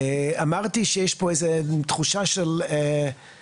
אמרתי שיש פה איזו תחושה של נוסטלגיה,